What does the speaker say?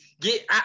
Get